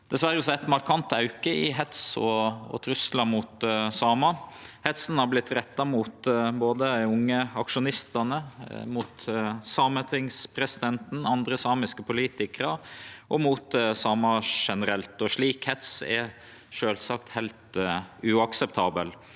diverre sett ein markant auke i hets og truslar mot samar. Hetsen har vore retta mot både dei unge aksjonistane, sametingspresidenten, andre samiske politikarar og samar generelt. Slik hets er sjølvsagt heilt uakseptabel.